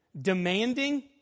demanding